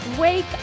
wake